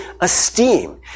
esteem